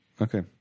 Okay